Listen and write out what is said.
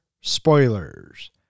spoilers